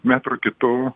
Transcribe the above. metru kitu